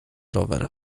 rower